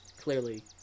clearly